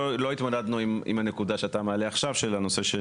לא התמדדנו עם נקודה שאתה מעלה בנושא של